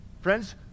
Friends